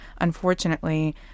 unfortunately